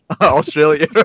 Australia